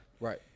right